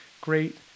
great